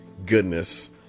goodness